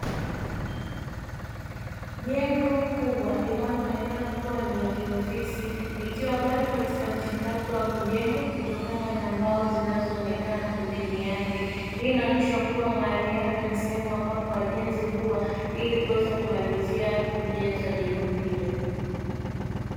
Jengo kubwa linaloonekana kuwa ni la kiofisi likiwa bado katika mchakato wa kujengwa, likiwa bado lina mbao zinazoonekana pembeni yake. Hii inaonesha kuwa ni mahali ambapo wajenzi huja ili kuweza kumalizia ujenzi wa jengo hilo.